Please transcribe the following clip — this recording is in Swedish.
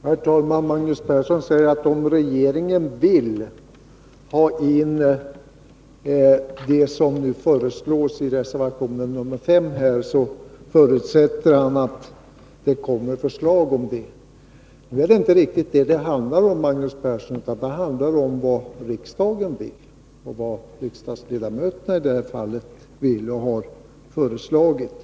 Herr talman! Magnus Persson säger att om regeringen vill ta in vad som föreslås i reservation 5, så förutsätter han att det kommer förslag om detta. Nu är det inte riktigt det som det handlar om, Magnus Persson, utan det handlar om vad riksdagen och riksdagsledamöterna i det här fallet vill — och har föreslagit.